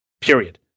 Period